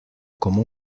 como